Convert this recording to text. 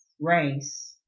race